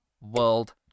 World